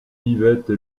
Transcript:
yvette